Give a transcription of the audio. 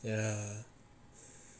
ya